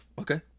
okay